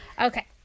Okay